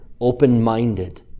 open-minded